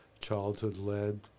Childhood-led